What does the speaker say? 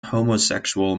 homosexual